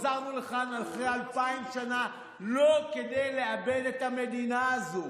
חזרנו לכאן אחרי אלפיים שנה לא כדי לאבד את המדינה הזו.